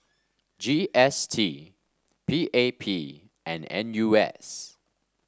G S T P A P and N U S